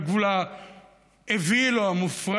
על גבול האוויל או המופרע.